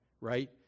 right